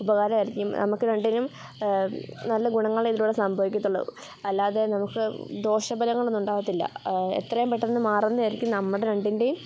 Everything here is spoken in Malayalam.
ഉപകാരമായിരിക്കും നമുക്ക് രണ്ടിനും നല്ല ഗുണങ്ങളിതിലൂടെ സംഭവിക്കത്തുള്ളൂ അല്ലാതെ നമുക്ക് ദോഷഫലങ്ങളൊന്നും ഉണ്ടാകത്തില്ല എത്രയും പെട്ടെന്ന് മാറുന്നതായിരിക്കും നമ്മുടെ രണ്ടിൻ്റെയും